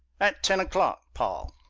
at ten o'clock, paul!